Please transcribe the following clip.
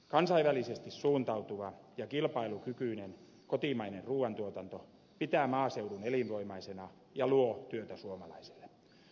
kansainvälisesti suuntautuva ja kilpailukykyinen kotimainen ruuantuotanto pitää maaseudun elinvoimaisena ja luo työtä suomalaisille